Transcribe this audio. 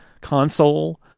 console